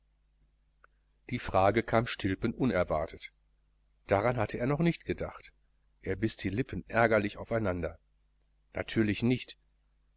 die frage kam stilpen unerwartet daran hatte er noch nicht gedacht er biß die lippen ärgerlich aufeinander natürlich nicht